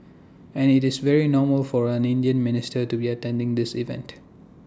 and IT is very normal for an Indian minister to be attending this event